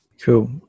Cool